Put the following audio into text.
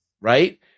right